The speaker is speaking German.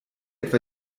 etwa